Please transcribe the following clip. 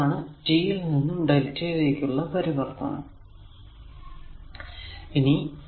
അതാണ് t യിൽ നിന്നും lrmΔ യിലേക്കുള്ള പരിവർത്തനം